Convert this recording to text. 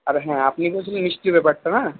আর হ্যাঁ আপনি বলছিলেন মিষ্টির ব্যাপারটা না